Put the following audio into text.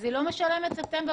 היא לא משלמת עבור ספטמבר,